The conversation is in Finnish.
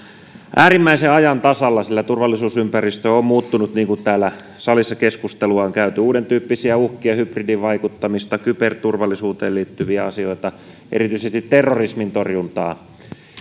äärimmäisen ajan tasalla sillä turvallisuusympäristö on muuttunut niin kuin täällä salissa keskustelua on käyty on uudentyyppisiä uhkia hybridivaikuttamista kyberturvallisuuteen liittyviä asioita erityisesti terrorismin torjuntaa